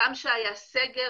גם כשהיה סגר,